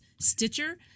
Stitcher